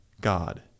God